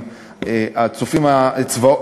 "הצופים הערבים",